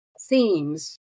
themes